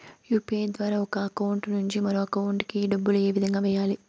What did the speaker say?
UPI ద్వారా ఒక account నుంచి మరొక అకౌంట్ కి డబ్బులు ఏ విధంగా వెయ్యాలి